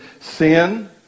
sin